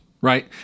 Right